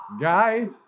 Guy